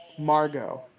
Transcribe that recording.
Margot